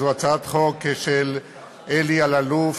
זו הצעת חוק של אלי אלאלוף,